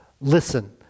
listen